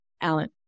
Alan